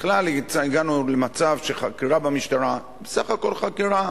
בכלל, הגענו למצב שחקירה במשטרה, בסך הכול חקירה,